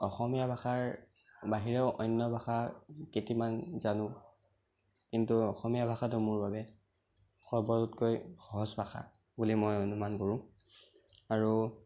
অসমীয়া ভাষাৰ বাহিৰেও অন্য় ভাষা কেইটিমান জানোঁ কিন্তু অসমীয়া ভাষাটো মোৰ বাবে সকলোতকৈ সহজ ভাষা বুলি মই অনুমান কৰোঁ আৰু